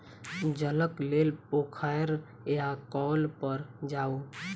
जलक लेल पोखैर या कौल पर जाऊ